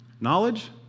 Knowledge